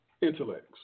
intellects